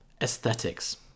aesthetics